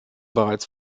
bereits